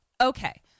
Okay